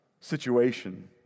situation